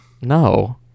no